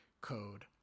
code